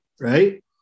Right